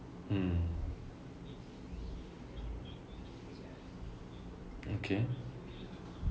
mm okay